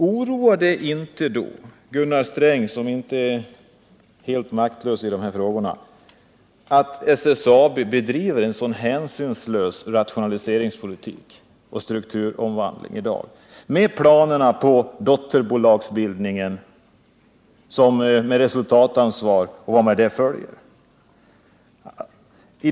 Oroar det då inte Gunnar Sträng, som inte är helt maktlös i de här frågorna, att SSAB bedriver en sådan hänsynslös rationaliseringspolitik och strukturomvandling i dag — med planer på bildande av dotterbolag med resultatansvar och vad därmed följer?